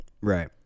Right